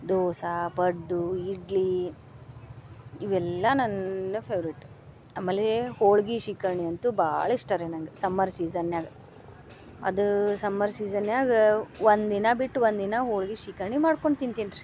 ದೋಸಾ ಪಡ್ಡು ಇಡ್ಲಿ ಇವೆಲ್ಲ ನನ್ನ ಫೇವ್ರೆಟ್ ಆಮೇಲೆ ಹೋಳ್ಗಿ ಶೀಕರ್ಣಿ ಅಂತು ಭಾಳ ಇಷ್ಟ ರೀ ನಂಗೆ ಸಮ್ಮರ್ ಸೀಸನ್ನ್ಯಾಗ ಅದ ಸಮ್ಮರ್ ಸೀಸನ್ನ್ಯಾಗ ಒಂದಿನ ಬಿಟ್ಟು ಒಂದಿನ ಹೋಳ್ಗಿ ಶೀಕರ್ಣಿ ಮಾಡ್ಕೊಂಡು ತಿಂತಿನ್ರೀ